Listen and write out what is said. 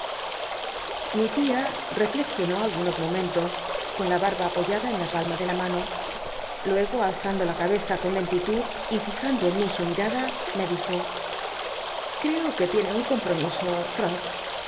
llfi tia reflexionó algunos momentos con la barha apoyada en la palma de la mano luego alzando la cabeza con lentitud y fijando en mí su mirada me dijo creo que tiene un compromiso